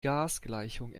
gasgleichung